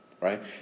right